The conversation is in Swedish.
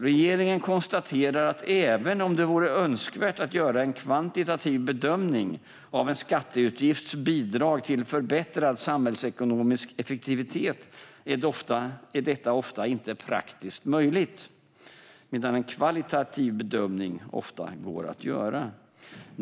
Regeringen konstaterar att även om det vore önskvärt att göra en kvantitativ bedömning av en skatteutgifts bidrag till förbättrad samhällsekonomisk effektivitet är detta oftast inte praktiskt möjligt medan en kvalitativ bedömning ofta går att göra.